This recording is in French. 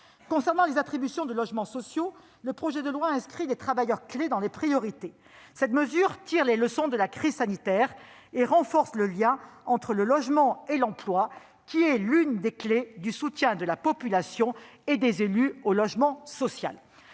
Concernant les attributions de logements sociaux, le projet de loi inscrit les « travailleurs clés » dans les priorités. Cette mesure tire les leçons de la crise sanitaire et renforce le lien entre le logement et l'emploi, qui est l'une des clés du soutien de la population et des élus au logement social.